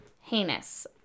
Heinous